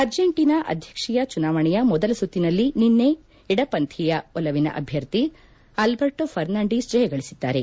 Argentina ಅಧ್ಯಕ್ಷೀಯ ಚುನಾವಣೆಯ ಮೊದಲ ಸುತ್ತಿನಲ್ಲಿ ನಿನ್ನೆ ಎಡಪಂಥೀಯ ಒಲವಿನ ಅಧ್ಯರ್ಥಿ ಅಲ್ಪರ್ಟೋ ಫರ್ನಾಂಡೀಸ್ ಜಯ ಗಳಿಸಿದ್ದಾರೆ